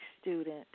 student